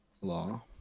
law